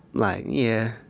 like, yeah.